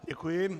Děkuji.